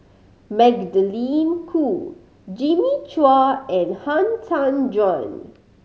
Magdalene Khoo Jimmy Chua and Han Tan Juan